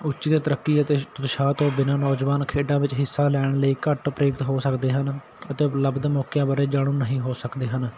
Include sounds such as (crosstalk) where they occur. ਉੱਚਿੱਤ ਤਰੱਕੀ ਅਤੇ (unintelligible) ਉਤਸ਼ਾਹ ਤੋਂ ਬਿਨਾਂ ਨੌਜਵਾਨ ਖੇਡਾਂ ਵਿੱਚ ਹਿੱਸਾ ਲੈਣ ਲਈ ਘੱਟ ਪ੍ਰੇਰਿਤ ਹੋ ਸਕਦੇ ਹਨ ਅਤੇ ਉਪਲਬਧ ਮੌਕਿਆਂ ਬਾਰੇ ਜਾਣੂ ਨਹੀਂ ਹੋ ਸਕਦੇ ਹਨ